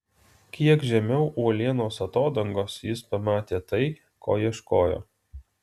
kiek žemiau uolienos atodangos jis pamatė tai ko ieškojo